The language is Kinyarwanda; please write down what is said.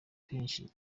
kenshi